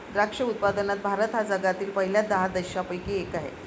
द्राक्ष उत्पादनात भारत हा जगातील पहिल्या दहा देशांपैकी एक आहे